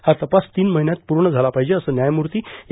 हा तपास तीन महिन्यात पूर्ण झाला पाहिजे असं न्यायमूर्ती ए